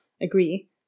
agree